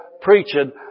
preaching